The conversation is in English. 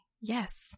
Yes